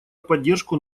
поддержку